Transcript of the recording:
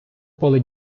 поле